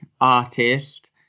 artist